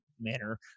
manner